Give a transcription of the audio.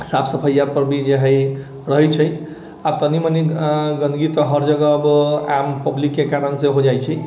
साफ सफैया पर भी जे हइ रहै छै आब तनिक मनिक गन्दगी तऽ हर जगह आब आम पब्लिक के कारणसँ हो जाइ छै